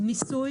"ניסוי",